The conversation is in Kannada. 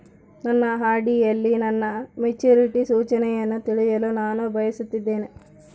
ನನ್ನ ಆರ್.ಡಿ ಯಲ್ಲಿ ನನ್ನ ಮೆಚುರಿಟಿ ಸೂಚನೆಯನ್ನು ತಿಳಿಯಲು ನಾನು ಬಯಸುತ್ತೇನೆ